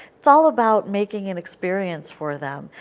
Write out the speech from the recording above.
is all about making an experience for them.